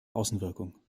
außenwirkung